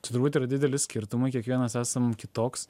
tai turbūt yra dideli skirtumai kiekvienas esam kitoks